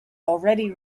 already